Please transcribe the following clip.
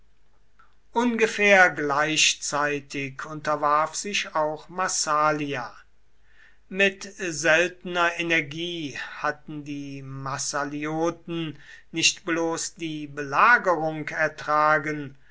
ungefähr gleichzeitig unterwarf sich auch massalia mit seltener energie hatten die massalioten nicht bloß die belagerung ertragen